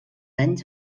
anys